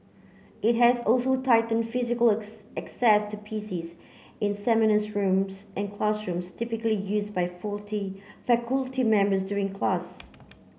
it has also tighten physical access to PCs in seminars rooms and classrooms typically use by faulty faculty members during class